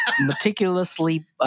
Meticulously